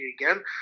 again